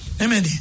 Amen